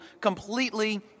completely